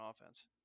offense